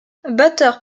batteur